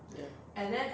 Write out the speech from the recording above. ya